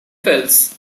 fells